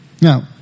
Now